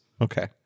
Okay